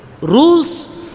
rules